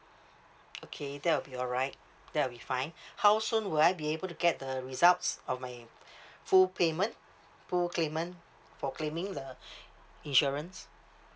okay that will be alright that will be fine how soon will I be able to get the results of my full payment full claimant for claiming the insurance